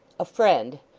a friend.